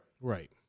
Right